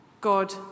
God